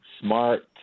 smart